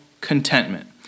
contentment